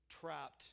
trapped